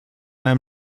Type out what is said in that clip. einem